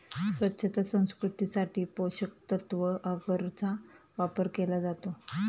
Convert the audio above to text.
स्वच्छता संस्कृतीसाठी पोषकतत्त्व अगरचा वापर केला जातो